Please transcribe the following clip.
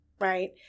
right